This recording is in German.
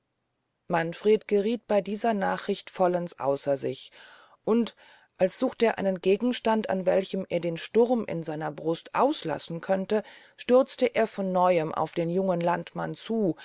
manfred gerieth bey dieser nachricht vollends außer sich und als sucht er einen gegenstand an welchem er den sturm in seiner brust auslassen könnte stürzt er von neuem auf den jungen landmann zu